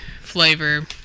flavor